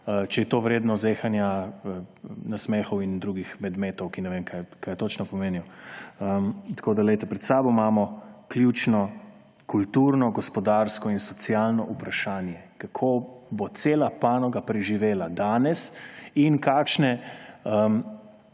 Če je to vredno zehanja, nasmehov in drugih medmetov, ki ne vem, kaj točno pomenijo. Poglejte, pred seboj imamo ključno kulturno, gospodarsko in socialno vprašanje, kako bo cela panoga preživela danes in kakšne